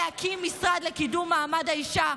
להקים משרד לקידום מעמד האישה.